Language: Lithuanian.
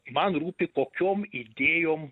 man rūpi kokiom idėjom